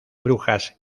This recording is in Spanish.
brujas